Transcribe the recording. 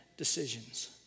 decisions